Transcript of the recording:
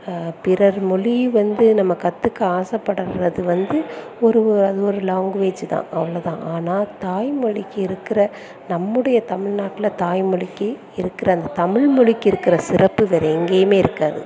பிறர் மொழி வந்து நம்ம கற்றுக்க ஆசைப்படறது வந்து ஒரு வ அது ஒரு லாங்குவேஜு தான் அவ்வளோ தான் ஆனால் தாய்மொழிக்கு இருக்கிற நம்முடைய தமிழ்நாட்டில் தாய்மொழிக்கு இருக்கிற அந்த தமிழ்மொழிக்கு இருக்கிற சிறப்பு வேறு எங்கேயுமே இருக்காது